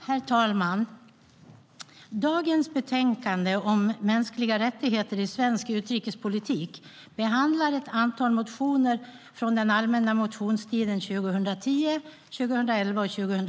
Herr talman! I dagens betänkande om mänskliga rättigheter i svensk utrikespolitik behandlas ett antal motioner från allmänna motionstiden 2010, 2011 och 2012.